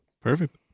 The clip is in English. Perfect